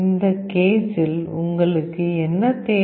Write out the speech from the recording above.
அந்த கேஸில் உங்களுக்கு என்ன தேவை